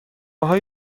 های